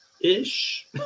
ish